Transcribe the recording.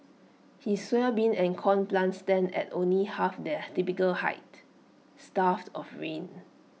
his soybean and corn plants stand at only half their typical height starved of rain